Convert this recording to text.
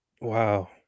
Wow